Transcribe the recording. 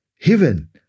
heaven